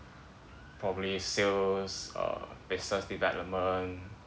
probably sales err business development